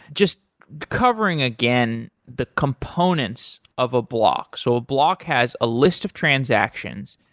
just covering again the components of a block, so a block has a list of transactions,